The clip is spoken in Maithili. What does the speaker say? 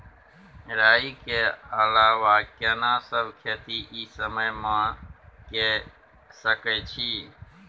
राई के अलावा केना सब खेती इ समय म के सकैछी?